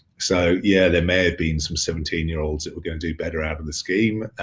so yeah, there may have been some seventeen year olds that we're going to do better out of the scheme,